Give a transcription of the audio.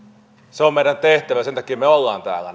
se on meidän tehtävämme ja sen takia me olemme täällä